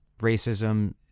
racism